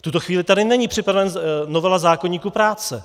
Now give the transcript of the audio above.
V tuto chvíli tady není připravena novela zákoníku práce.